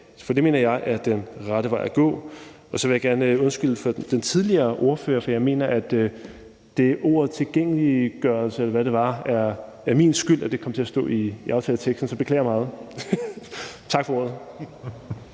For det mener jeg er den rette vej at gå. Så vil jeg gerne undskylde over for den tidligere ordfører, for jeg mener, at det, at ordet tilgængeliggørelse, eller hvad det var, kom til at stå i aftaleteksten, er min skyld, så jeg beklager meget. Tak for ordet.